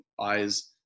eyes